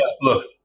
look